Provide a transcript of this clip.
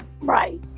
Right